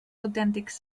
autèntics